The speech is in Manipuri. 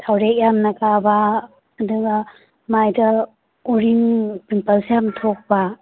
ꯊꯥꯎꯔꯦꯛ ꯌꯥꯝꯅ ꯀꯥꯕ ꯑꯗꯨꯒ ꯃꯥꯏꯗ ꯎꯔꯤꯡ ꯄꯤꯝꯄꯜꯁ ꯌꯥꯝ ꯊꯣꯛꯄ